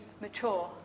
mature